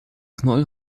knoll